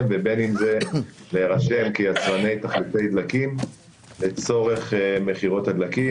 ובין אם זה להירשם כיצרני תחליפי דלקים לצורך מכירות הדלקים.